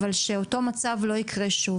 אבל שאותו המצב לא יקרה שוב.